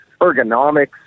ergonomics